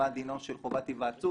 מה דינה של חובת היוועצות.